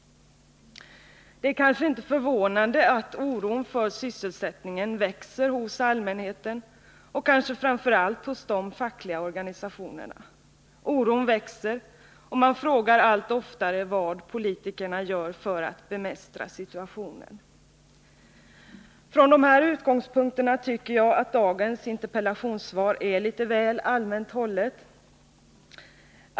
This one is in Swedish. Det är kanske inte förvånande att oron för sysselsättningen växer hos allmänheten och framför allt hos de fackliga organisationerna. Oron växer, och man frågar allt oftare vad politikerna gör för att bemästra situationen. Från de här utgångspunkterna tycker jag att dagens interpellationssvar är litet väl allmänt hållet.